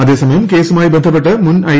അതേസമയം കേസുമായി ബന്ധപ്പെട്ട് മുൻ ഐ